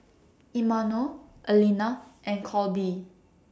Imanol Aleena and Colby